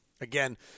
Again